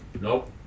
Nope